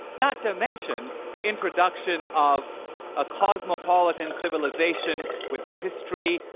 not to mention the introduction of a cosmopolitan civilization with a history,